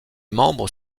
membres